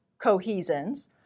cohesins